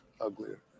uglier